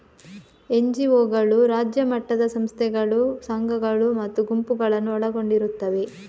ಎನ್.ಜಿ.ಒಗಳು ರಾಜ್ಯ ಮಟ್ಟದ ಸಂಸ್ಥೆಗಳು, ಸಂಘಗಳು ಮತ್ತು ಗುಂಪುಗಳನ್ನು ಒಳಗೊಂಡಿರುತ್ತವೆ